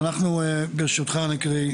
ברשותך נקריא,